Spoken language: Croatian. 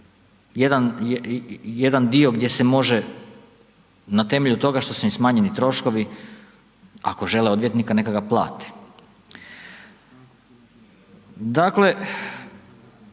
jedan dio gdje se može na temelju toga što su im smanjeni troškovi, ako žele odvjetnika neka ga plate. Dakle,